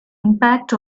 impact